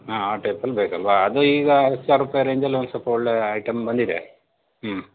ಹಾಂ ಆ ಟೈಪಲ್ಲಿ ಬೇಕಲ್ವಾ ಅದು ಈಗ ಹತ್ತು ಸಾವಿರ ರೂಪಾಯಿ ರೇಂಜಲ್ಲಿ ಒಂದು ಸ್ವಲ್ಪ ಒಳ್ಳೆಯ ಐಟಮ್ ಬಂದಿದೆ ಹ್ಞೂ